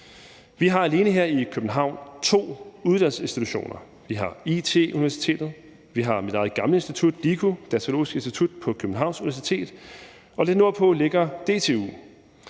Vi har alene her i København to uddannelsesinstitutioner: Vi har IT-Universitetet, vi har mit eget gamle institut, DIKU, Datalogisk Institut på Københavns Universitet, og lidt nordpå ligger DTU.